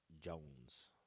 Jones